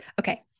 okay